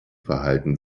verhalten